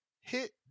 hit